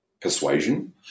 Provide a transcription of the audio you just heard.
persuasion